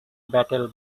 battle